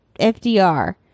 FDR